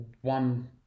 one